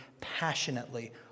passionately